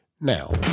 Now